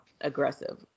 aggressive